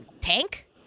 tank